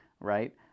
right